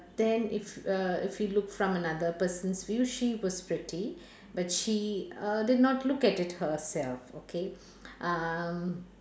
then if uh if we look from another person's view she was pretty but she uh did not look at it herself okay um